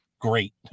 Great